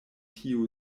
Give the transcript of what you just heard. tiu